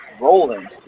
rolling